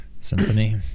symphony